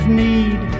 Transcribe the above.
need